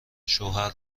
شوهر